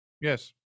yes